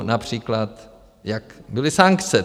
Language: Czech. Například jak byly sankce.